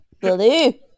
blue